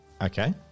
Okay